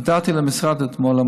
הודעתי למשרד אתמול,